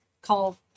call